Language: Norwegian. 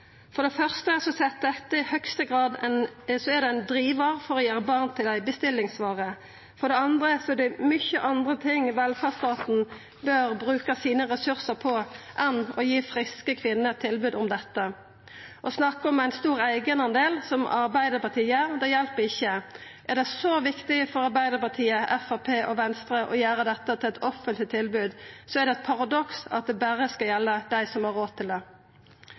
For det første er dette i høgste grad ein drivar for å gjera barn til ei bestillingsvare. For det andre er det mange andre ting velferdsstaten bør bruka ressursane sine på enn å gi friske kvinner tilbod om dette. Å snakka om ein stor eigendel, som Arbeidarpartiet gjer, hjelper ikkje. Er det så viktig for Arbeidarpartiet, Framstegspartiet og Venstre å gjera dette til eit offentleg tilbod, så er det eit paradoks at det berre skal gjelda dei som har råd til det.